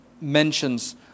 mentions